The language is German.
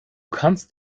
kannst